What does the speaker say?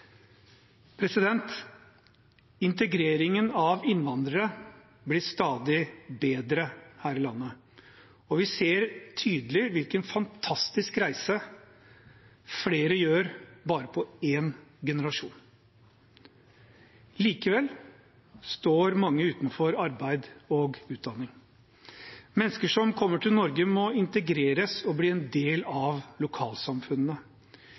Integreringen av innvandrere blir stadig bedre her i landet, og vi ser tydelig hvilken fantastisk reise flere gjør bare på én generasjon. Likevel står mange utenfor arbeid og utdanning. Mennesker som kommer til Norge, må integreres og bli en del